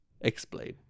explain